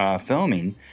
filming